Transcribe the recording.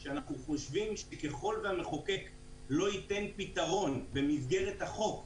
שאנחנו חושבים שככל שהמחוקק לא ייתן פתרון במסגרת החוק,